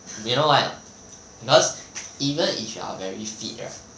you know why or not because even if you are very fit right